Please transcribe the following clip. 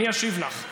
אני אשיב לך.